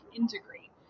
integrate